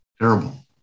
Terrible